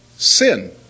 Sin